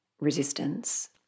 resistance